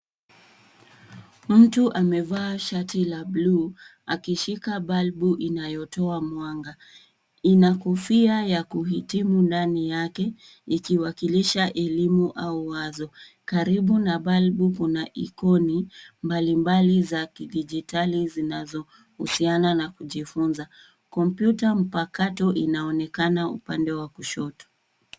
Mtu amevaa shati la bluu akishika balbu inayotoa mwanga. Ina kofia ya kuhitimu ndani yake, ikiwakilisha elimu au wazo. Karibu na balbu kuna aikoni mbalimbali za kidijitali zinazohusiana na kujifunza. Kompyuta mpakato inaonekana upande wa kushoto.